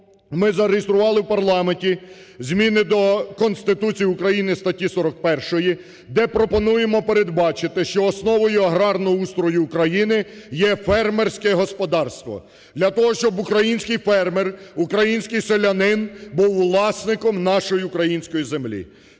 ми зареєстрували в парламенті зміни до Конституції України (статті 41-ї), де пропонуємо передбачити, що основою аграрного устрою України є фермерське господарство. Для того, щоб український фермер, український селянин був власником нашої української землі.